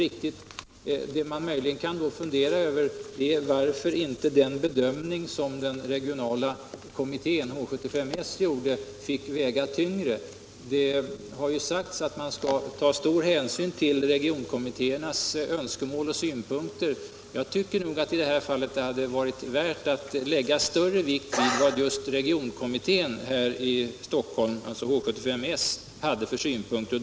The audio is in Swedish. Det man möjligen kan undra över är varför inte den bedömning som den regionala kommittén, H 75-S, gjorde fick väga tyngre. Det har ju sagts att man skall ta stor hänsyn till regionkommittéernas önskemål och synpunkter. Jag tycker nog att det i detta fall hade varit värt att lägga större vikt just vid vad organisationskommittén för Stockholms högskoleregion, H 75-S, hade för synpunkter.